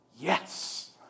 Yes